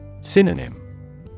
Synonym